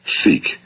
Seek